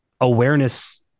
Awareness